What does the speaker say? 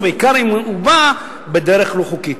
ובעיקר אם הוא בא בדרך לא חוקית.